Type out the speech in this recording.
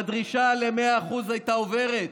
והדרישה ל-100% הייתה עוברת.